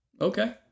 okay